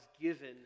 given